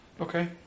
Okay